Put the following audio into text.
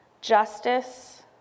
justice